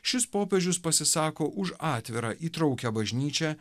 šis popiežius pasisako už atvirą įtraukią bažnyčią